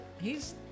he's-